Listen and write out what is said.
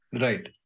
Right